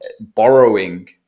borrowing